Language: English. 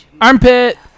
Armpit